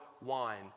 wine